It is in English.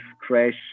crash